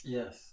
Yes